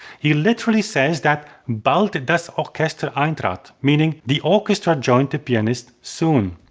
he literally says that bald das orchester eintrat, meaning the orchestra joined the pianists soon.